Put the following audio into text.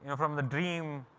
from the dream,